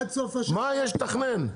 מה יש לתכנן?